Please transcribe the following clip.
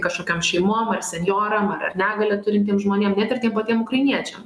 kažkokiom šeimom ar senjoram ar ar negalią turintiem žmonėm net ir tiem patiem ukrainiečiam